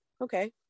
Okay